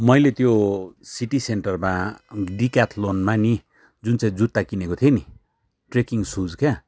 मैले त्यो सिटी सेन्टरमा डिक्याथ्लोनमा नि जुन चाहिँ जुत्ता किनेको थिएँ नि ट्रेकिङ सुज क्या